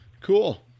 Cool